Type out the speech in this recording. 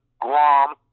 Guam